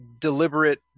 Deliberate